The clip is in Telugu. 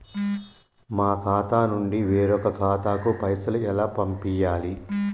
మా ఖాతా నుండి వేరొక ఖాతాకు పైసలు ఎలా పంపియ్యాలి?